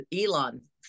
Elon